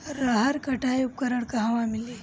रहर कटाई उपकरण कहवा मिली?